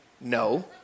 No